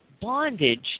bondage